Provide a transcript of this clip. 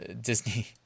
Disney